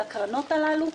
לקרנות הללו,